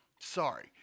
Sorry